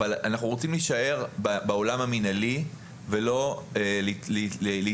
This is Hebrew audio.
אבל אנחנו רוצים להישאר בעולם המנהלי ולא להיצמד